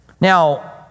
Now